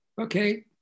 Okay